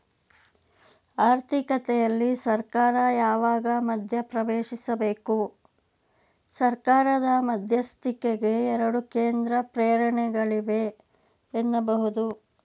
ಆರ್ಥಿಕತೆಯಲ್ಲಿ ಸರ್ಕಾರ ಯಾವಾಗ ಮಧ್ಯಪ್ರವೇಶಿಸಬೇಕು? ಸರ್ಕಾರದ ಮಧ್ಯಸ್ಥಿಕೆಗೆ ಎರಡು ಕೇಂದ್ರ ಪ್ರೇರಣೆಗಳಿವೆ ಎನ್ನಬಹುದು